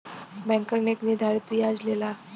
बैंकन एक निर्धारित बियाज लेला